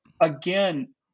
again